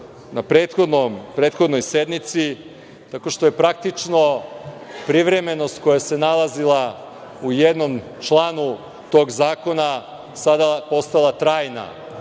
na prethodnoj sednici, tako što je praktično privremenost koja se nalazila u jednom članu tog zakona, sada postala trajna,